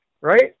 Right